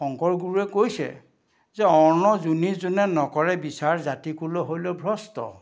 শংকৰ গুৰুৱে কৈছে যে অন্ন যোনে যোনেই নকৰে বিচাৰ জাতি কুল হৈল ভ্ৰস্ত